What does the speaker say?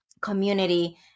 community